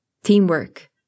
teamwork